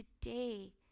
today